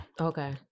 Okay